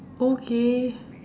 okay